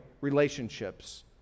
relationships